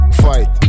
fight